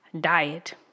diet